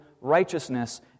righteousness